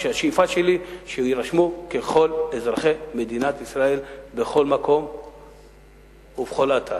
כשהשאיפה שלי שהם יירשמו ככל אזרחי מדינת ישראל בכל מקום ובכל אתר.